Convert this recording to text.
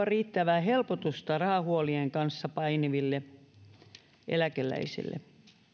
riittävää helpotusta rahahuolien kanssa painiville eläkeläisille